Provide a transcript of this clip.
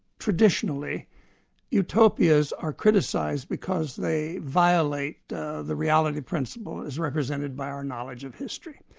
traditionally utopias are criticised because they violate the the reality principle as represented by our knowledge of history.